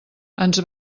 ens